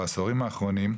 בעשורים האחרונים,